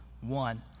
one